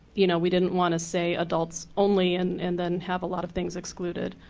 you know we didn't want to say adults only and and then have a lot of things excluded.